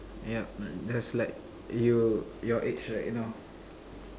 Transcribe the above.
yup uh just like you your age right now